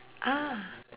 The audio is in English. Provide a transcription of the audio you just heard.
ah